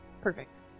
Perfect